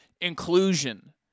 inclusion